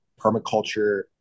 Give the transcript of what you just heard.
permaculture